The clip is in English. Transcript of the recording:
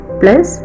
plus